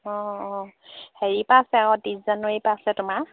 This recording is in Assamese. অঁ অঁ হেৰি পা আছে অঁ ত্ৰিছ জানুৱাৰীৰ পা আছে তোমাৰ